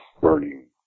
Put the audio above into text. burning